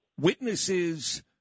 witnesses